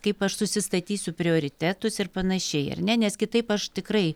kaip aš susistatysiu prioritetus ir panašiai ar ne nes kitaip aš tikrai